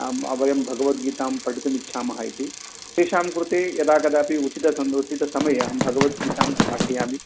आं वयं भगवद्गीतां पठितुमिच्छामः इति तेषां कृते यदा कदापि उचितसन्द उचितसमये अहं भगवद्गीतां पाठयामि